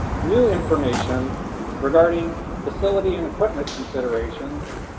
new information regarding facility and equipment considerations,